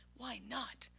why not,